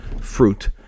fruit